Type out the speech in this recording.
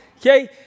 Okay